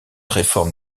réforme